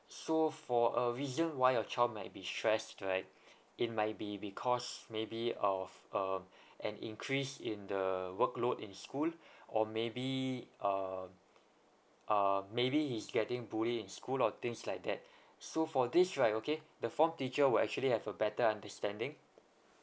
so for a reason why your child might be stressed right it might be because maybe of um an increase in the workload in school or maybe um uh maybe he's getting bullied in school or things like that so for this right okay the form teacher will actually have a better understanding